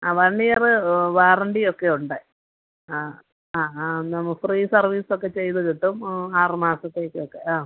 ആ one year വാറണ്ടിയൊക്കെ ഉണ്ട് ആ ആ ആ നമുക്ക് ഫ്രീ സർവീസൊക്കെ ചെയ്ത് കിട്ടും ആറ് മാസത്തേക്കൊക്കെ ആ